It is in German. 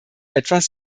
etwas